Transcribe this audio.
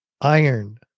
Iron